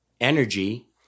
energy